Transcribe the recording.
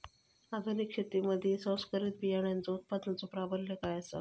आधुनिक शेतीमधि संकरित बियाणांचो उत्पादनाचो प्राबल्य आसा